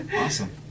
Awesome